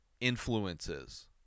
influences